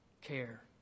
care